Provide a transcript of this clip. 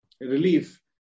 relief